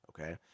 Okay